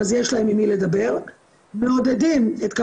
אז יש להם עם מי לדבר.